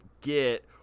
get